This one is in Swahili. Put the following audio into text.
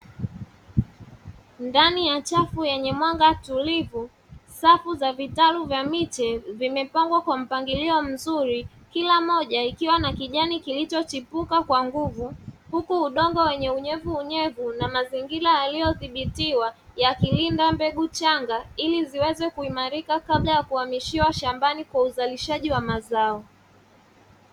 Ndani ya chafu yenye mwanga tulivu, safu zenye vitalu vya miche vimepangwa kwa mpangilio mzuri kila moja ikiwa na kijani kilicho chipua kwa nguvu, huku udongo wenye unyevu unyevu na mazingira yaliyo dhibitiwa yakilinda mbegu changa ili ziweze kuimarika kabla ya kuhamishiwa shambani kwa uzalishaji wa mazao.